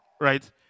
right